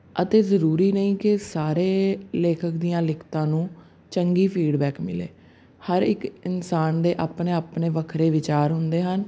ਅਤੇ ਜ਼ਰੂਰੀ ਨਹੀਂ ਕਿ ਸਾਰੇ ਲੇਖਕ ਦੀਆਂ ਲਿਖਤਾਂ ਨੂੰ ਚੰਗੀ ਫੀਡਬੈਕ ਮਿਲੇ ਹਰ ਇੱਕ ਇਨਸਾਨ ਦੇ ਆਪਣੇ ਆਪਣੇ ਵੱਖਰੇ ਵਿਚਾਰ ਹੁੰਦੇ ਹਨ